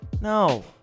No